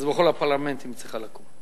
אז בכל הפרלמנטים היא צריכה לקום.